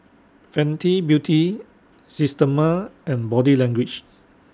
Fenty Beauty Systema and Body Language